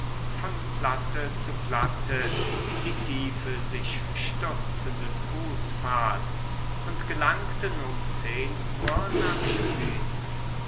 von platte zu platte in die tiefe sich stürzenden fußpfad und gelangten um zehn uhr nach schwyz